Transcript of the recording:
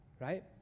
right